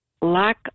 lack